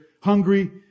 hungry